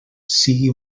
sigui